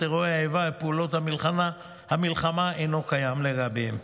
אירועי האיבה ופעולות המלחמה אינו קיים לגביהן.